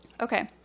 Okay